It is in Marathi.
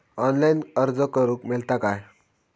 ऑनलाईन अर्ज करूक मेलता काय?